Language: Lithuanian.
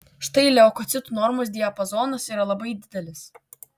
štai leukocitų normos diapazonas yra labai didelis